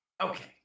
Okay